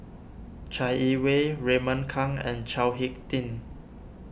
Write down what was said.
Chai Yee Wei Raymond Kang and Chao Hick Tin